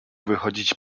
wychodzić